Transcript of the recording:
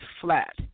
flat